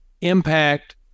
impact